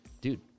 Dude